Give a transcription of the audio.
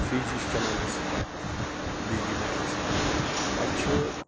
fridge ہِش چَلان اَسہِ بِجلی پٮ۪ٹھ حظ اَسہِ چھِ